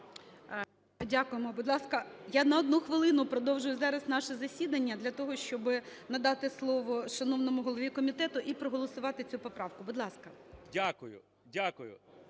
Дякуємо. Будь ласка, я на 1 хвилину продовжую зараз наше засідання для того, щоби надати слово шановному голові комітету і проголосувати цю поправку. Будь ласка. 12:00:42